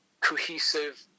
cohesive